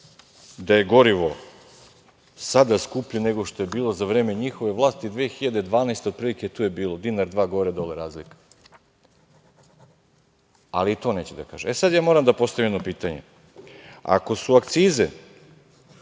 da je gorivo sada skuplje nego što je bilo za vreme njihove vlasti 2012. godine, otprilike tu je bilo, dinar, dva, gore, dole razlika, ali i to neće da kaže.E, sada ja moram da postavim jedno pitanje. Ako su akcize